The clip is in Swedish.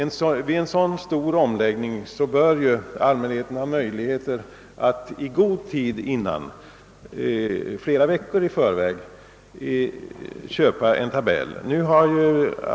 Då det är fråga om en så stor omläggning, bör allmänheten ha möjligheter att i god tid, helst flera veckor i förväg, köpa en tabell.